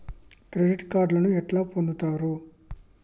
Credit కార్డులను ఎట్లా పొందుతరు?